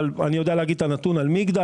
אבל אני יודע להגיד את הנתון על מגדל.